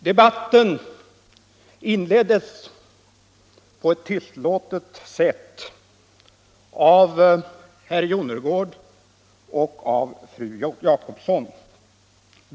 Debatten inleddes på ett lågmält sätt av herr Jonnergård och fru Jacobsson.